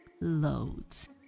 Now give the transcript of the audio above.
Loads